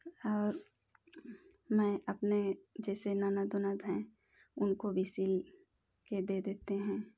और मैं अपने जैसे ननद ओनद हैं उनको भी सील कर दे देते हैं